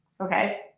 okay